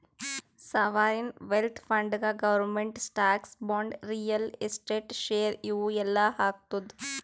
sovereign wealth ಫಂಡ್ನಾಗ್ government stocks, bonds, real estate, share ಇವು ಎಲ್ಲಾ ಹಾಕ್ತುದ್